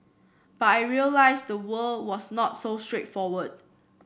but I realised the world was not so straightforward